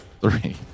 three